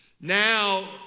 Now